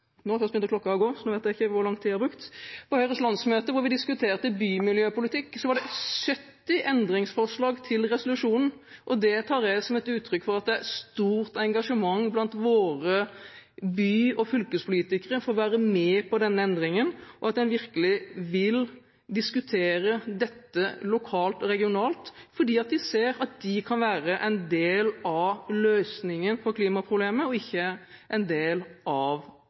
landsmøte, var det – som nevnt – 70 endringsforslag til resolusjonen, og det tar jeg som et uttrykk for at det er stort engasjement blant våre by- og fylkespolitikere for å være med på denne endringen, og at de virkelig vil diskutere dette – lokalt og regionalt – fordi de ser at de kan være en del av løsningen på klimaproblemet og ikke en del av